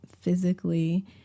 physically